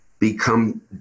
become